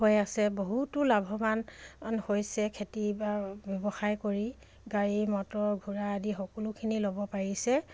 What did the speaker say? হৈ আছে বহুতো লাভৱান হৈছে খেতি বা ব্যৱসায় কৰি গাড়ী মটৰ ঘোৰা আদি সকলোখিনি ল'ব পাৰিছে